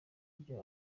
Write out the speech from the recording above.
ibyo